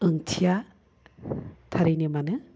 ओंथिया थारैनो माने